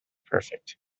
perfect